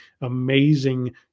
amazing